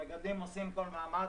המגדלים עושים כל מאמץ,